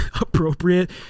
appropriate